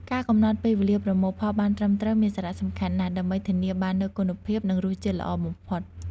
ការកំណត់ពេលវេលាប្រមូលផលបានត្រឹមត្រូវមានសារៈសំខាន់ណាស់ ដើម្បីធានាបាននូវគុណភាព និងរសជាតិល្អបំផុត។